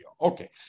Okay